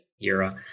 era